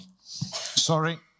Sorry